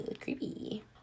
creepy